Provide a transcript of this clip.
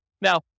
Now